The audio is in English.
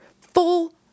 full